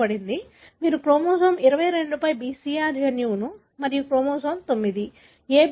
కాబట్టి మీరు క్రోమోజోమ్ 22 పై BCR జన్యువును మరియు క్రోమోజోమ్ 9